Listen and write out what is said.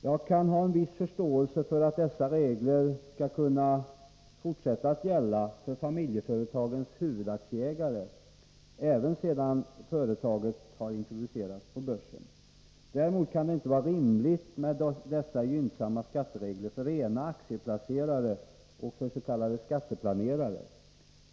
Jag kan ha en viss förståelse för att dessa regler skall fortsätta att gälla för familjeföretagens huvudaktieägare, även sedan företaget har introducerats på börsen. Däremot kan det inte vara rimligt med dessa gynnsamma skatteregler för rena aktieplacerare och för s.k. skatteplanerare.